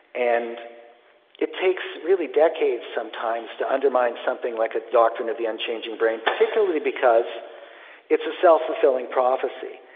and it takes really decades sometimes to undermine something like a doctrine of the unchanging brain, particularly because it's a self-fulfilling prophecy.